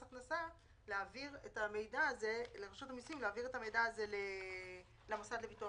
המיסים להעביר את המידע הזה למוסד לביטוח